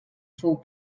fou